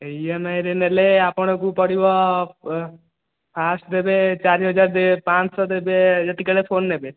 ଇଏମ୍ଆଇରେ ନେଲେ ଆପଣଙ୍କୁ ପଡ଼ିବ ଫାଷ୍ଟ୍ ଦେବେ ଚାରି ହଜାର ପାଞ୍ଚ ଶହ ଦେବେ ଯେତିକିବେଳେ ଫୋନ୍ ନେବେ